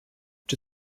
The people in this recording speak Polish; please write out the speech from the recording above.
czy